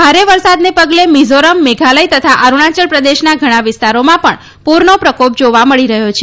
ભારે વરસાદના ગલે મિઝારમ મેઘાલય તથા અરુણાચલ પ્રદેશના ઘણા વિસ્તારામાં ણ પૂરન પ્રકાત જાવા મળી રહ્ય છે